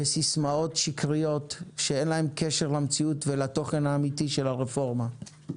בסיסמאות שקריות שאין להן קשר למציאות ולתוכן האמיתי של הרפורמה.